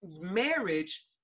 marriage